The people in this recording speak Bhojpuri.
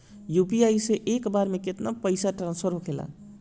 यू.पी.आई से एक बार मे केतना पैसा ट्रस्फर होखे ला?